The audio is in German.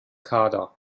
kader